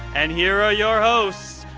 and here are your hosts,